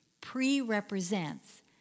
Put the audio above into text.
pre-represents